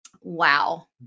wow